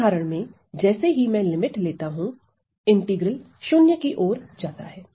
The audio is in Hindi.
इस उदाहरण में जैसे ही मैं लिमिट लेता हूं इंटीग्रल 0 की ओर जाता है